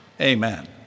amen